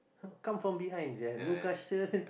come from behind eh Newcastle